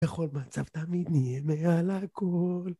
בכל מצב תמיד נהיה מעל הכל